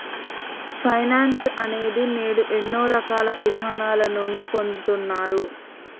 finance అనేది నేడు ఎన్నో రకాల ఇదానాల నుండి పొందుతున్నారు